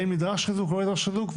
האם נדרש חיזוק או לא נדרש חיזוק.